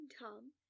Tom